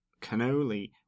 cannoli